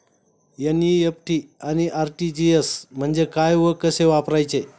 NEFT आणि RTGS म्हणजे काय व कसे वापरायचे?